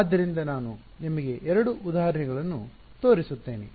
ಆದ್ದರಿಂದ ನಾನು ನಿಮಗೆ ಎರಡು ಉದಾಹರಣೆಗಳನ್ನು ತೋರಿಸುತ್ತೇನೆ